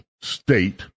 state